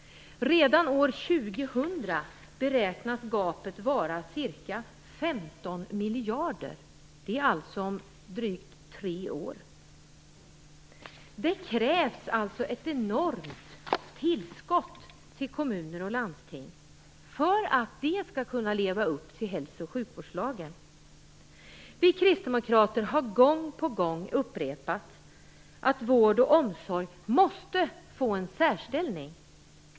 Redan år 2000 - det är alltså om drygt tre år - beräknas gapet vara ca 15 miljarder. Det krävs alltså ett enormt tillskott till kommuner och landsting för att de skall kunna leva upp till hälso och sjukvårdslagen. Vi kristdemokrater har gång på gång upprepat att vård och omsorg måste få en särställning.